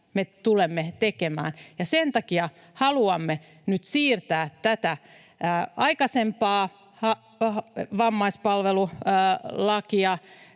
me tulemme tekemään. Sen takia haluamme nyt siirtää aikaisemman vammaispalvelulain